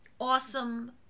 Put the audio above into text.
awesome